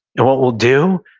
and what we'll do,